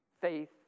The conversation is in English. Faith